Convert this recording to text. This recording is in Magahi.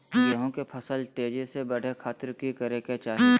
गेहूं के फसल तेजी से बढ़े खातिर की करके चाहि?